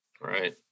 right